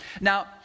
Now